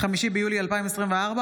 5 ביולי 2024,